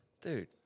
Dude